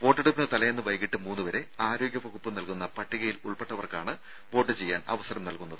വോട്ടെടുപ്പിന് തലേന്ന് വൈകിട്ട് മൂന്നുവരെ ആരോഗ്യവകുപ്പ് നൽകുന്ന പട്ടികയിൽ ഉൾപ്പെട്ടവർക്കാണ് വോട്ട് ചെയ്യാൻ അവസരം നൽകുന്നത്